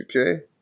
okay